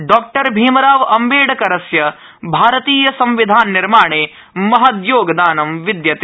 डॉ भीमराव अम्बेडकरस्य भारतीय संविधाननिर्माणे महद्योगदानं विद्यते